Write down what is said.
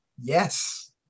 Yes